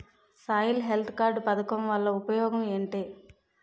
Soil health card పథకం వల్ల ఉపయోగం ఏంటి?